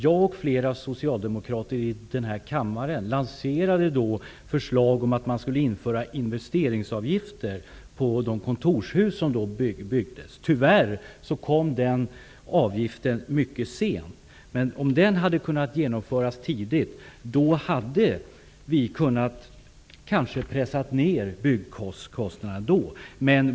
Jag och flera andra socialdemokrater i denna kammare lanserade då förslag om att införa investeringsavgifter på de kontorshus som då byggdes. Tyvärr infördes den avgiften mycket sent. Om den hade kunnat införas tidigare, hade det kanske gått att pressa ned byggkostnaderna.